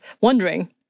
wondering